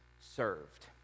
served